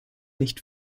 nicht